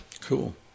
Cool